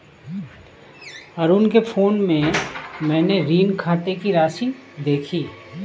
अरुण के फोन में मैने ऋण खाते की राशि देखी